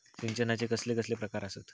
सिंचनाचे कसले कसले प्रकार आसत?